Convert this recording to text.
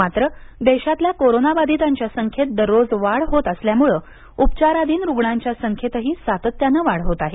मात्र देशातल्या कोरोनाबाधीतांच्या संख्येत दररोज वाढ होत असल्यामुळे उपचाराधीन रुग्णांच्या संख्येतही सातत्यानं वाढ होत आहे